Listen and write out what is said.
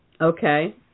Okay